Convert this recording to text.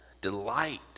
Delight